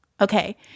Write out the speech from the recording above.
okay